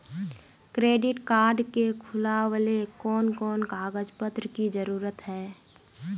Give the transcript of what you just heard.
Credit card के खुलावेले कोन कोन कागज पत्र की जरूरत है?